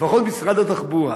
שלפחות משרד התחבורה